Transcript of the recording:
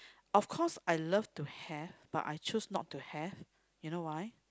of course I love to have but I choose not to have you know why